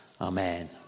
Amen